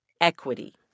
equity